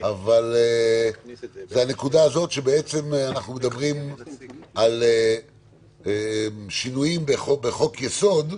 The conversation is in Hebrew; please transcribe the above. הנקודה הזאת שבעצם אנחנו מדברים על שינויים בחוק-יסוד,